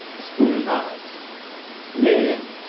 scrutinize men,